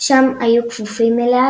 שם היו כפופים אליה